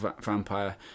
vampire